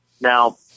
Now